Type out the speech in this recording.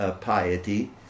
piety